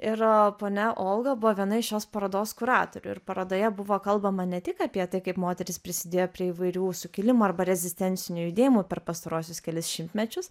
ir ponia olga buvo viena iš šios parodos kuratorių ir parodoje buvo kalbama ne tik apie tai kaip moterys prisidėjo prie įvairių sukilimų arba rezistencinių judėjimų per pastaruosius kelis šimtmečius